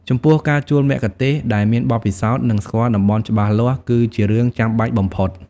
ចំពោះការជួលមគ្គុទ្ទេសក៍ដែលមានបទពិសោធន៍ និងស្គាល់តំបន់ច្បាស់លាស់គឺជារឿងចាំបាច់បំផុត។